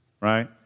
right